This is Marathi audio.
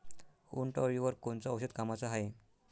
उंटअळीवर कोनचं औषध कामाचं हाये?